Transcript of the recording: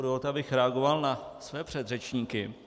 Dovolte, abych reagoval na své předřečníky.